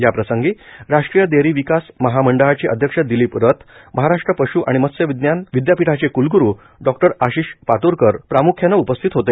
याप्रसंगी राष्ट्रीय डेअरी विकास मंडळाचे अध्यक्ष दिलीप रथ महाराष्ट्र पश् व मत्स्य विज्ञान विद्यापीठाचे कलग्रू डॉक्टर आशिष पात्रकर यावेळी प्रामुख्याने उपस्थित होते